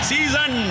Season